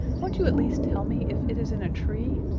won't you at least tell me if it is in a tree?